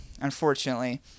unfortunately